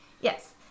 Yes